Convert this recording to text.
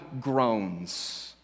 groans